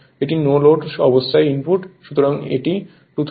এটি no load অবস্থায় input